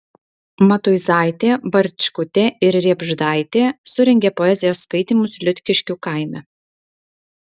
matuizaitė barčkutė ir riebždaitė surengė poezijos skaitymus liutkiškių kaime